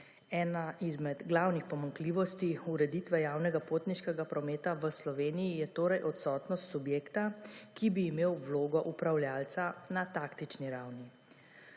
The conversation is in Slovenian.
Ena izmed glavnih pomanjkljivosti ureditve javnega potniškega prometa v Sloveniji je torej odsotnost subjekta, ki bi imel vlogo upravljavca na taktični ravni.